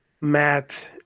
Matt